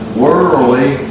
worldly